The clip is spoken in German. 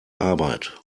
arbeit